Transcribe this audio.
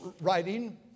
writing